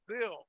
bill